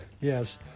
Yes